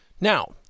Now